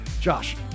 Josh